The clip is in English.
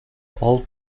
all